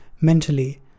mentally